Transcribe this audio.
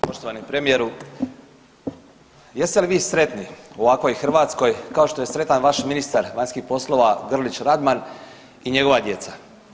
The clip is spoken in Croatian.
Poštovani premijeru, jeste li vi sretni u ovakvoj Hrvatskoj kao što je sretan vaš ministar vanjskih poslova Grlić Radman i njegova djeca?